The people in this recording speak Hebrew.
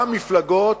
גם מפלגות,